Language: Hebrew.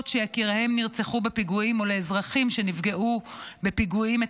שיקיריהן נרצחו בפיגועים או לאזרחים שנפגעו בפיגועים את